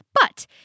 but